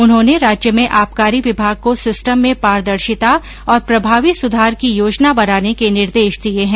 उन्होंने राज्य में आबकारी विभाग को सिस्टम में पारदर्शिता और प्रभावी सुधार की योजना बनाने के निर्देश दिए है